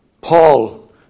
Paul